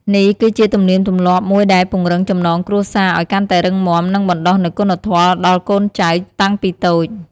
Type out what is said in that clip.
នេះគឺជាទំនៀមទម្លាប់មួយដែលពង្រឹងចំណងគ្រួសារឲ្យកាន់តែរឹងមាំ និងបណ្ដុះនូវគុណធម៌ដល់កូនចៅតាំងពីតូច។